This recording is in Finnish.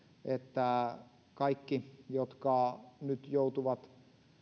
että kaikki jotka nyt joutuvat